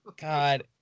God